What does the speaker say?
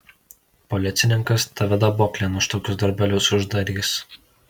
policininkas tave daboklėn už tokius darbelius uždarys